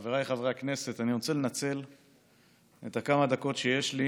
חבריי חברי הכנסת, אני רוצה לנצל את הדקות שיש לי